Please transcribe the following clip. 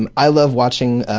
and i love watching